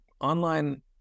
online